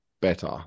better